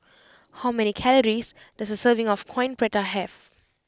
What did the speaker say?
how many calories does a serving of Coin Prata have